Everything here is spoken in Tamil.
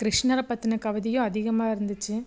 கிருஷ்ணரை பற்றின கவிதையும் அதிகமாக இருந்துச்சு